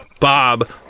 Bob